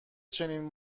چنین